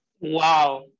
Wow